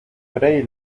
fray